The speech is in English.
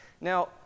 Now